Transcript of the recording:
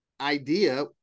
idea